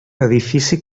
edifici